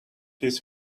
this